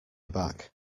aback